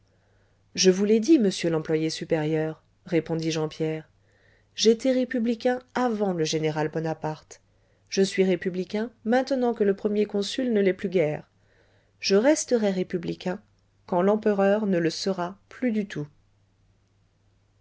je vous l'ai dit monsieur l'employé supérieur répondit jean pierre j'étais républicain avant le général bonaparte je suis républicain maintenant que le premier consul ne l'est plus guère je resterai républicain quand l'empereur ne le sera plus du tout